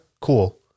cool